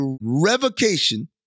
revocation